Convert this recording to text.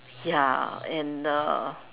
ya and uh